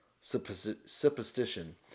superstition